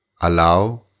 Allow